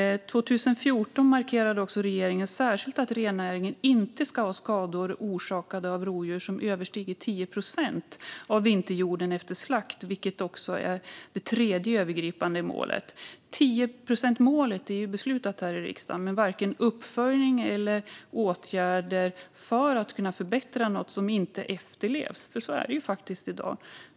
År 2014 markerade regeringen särskilt att rennäringen inte ska ha skador orsakade av rovdjur som överstiger 10 procent av vinterhjorden efter slakt, vilket är det tredje övergripande målet. 10-procentsmålet är beslutat här i riksdagen. Men det finns varken uppföljning eller åtgärder för att kunna förbättra något som inte efterlevs, för så är det faktiskt i dag.